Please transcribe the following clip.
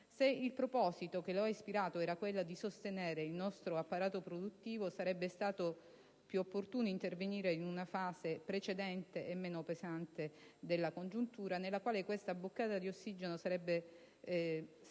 Se il proposito che lo ha ispirato era quello di sostenere il nostro apparato produttivo, sarebbe stato più opportuno intervenire in una fase precedente e meno pesante della congiuntura, nella quale una boccata di ossigeno sarebbe stata